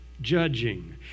judging